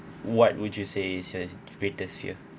what would you say is your greatest fear